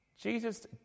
Jesus